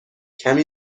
کمی